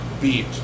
beat